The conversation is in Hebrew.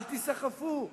אל תיסחפו.